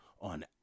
on